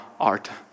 art